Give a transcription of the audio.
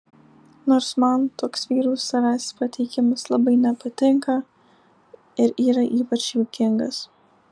nors man toks vyrų savęs pateikimas labai nepatinka ir yra ypač juokingas